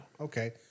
Okay